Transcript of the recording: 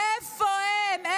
איפה הם?